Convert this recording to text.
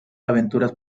aventuras